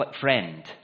friend